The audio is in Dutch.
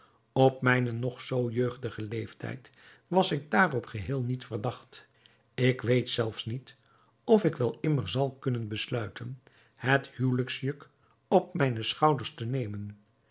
op mijnen nog zoo jeugdigen leeftijd was ik daarop geheel niet verdacht ik weet zelfs niet of ik wel immer zal kunnen besluiten het huwelijksjuk op mijne schouders te nemen